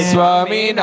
Swami